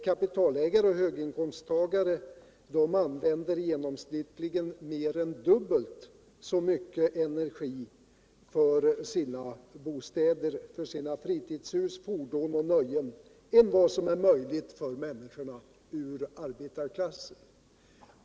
Kapitalägare och höginkomsttagare använder genomsnittligt mer än dubbelt så mycket energi för sina bostäder, fritidshus, fordon och nöjen än vad som är möjligt för människor ur arbetarklassen.